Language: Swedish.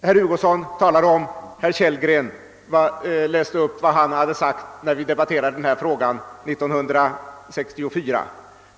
Sedan läste herr Hugosson upp vad herr Kellgren sagt när vi debatterade denna fråga 1964.